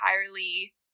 entirely